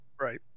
Right